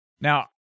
Now